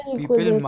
people